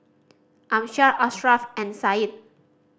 Amsyar Ashraff and Said